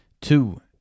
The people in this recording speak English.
Two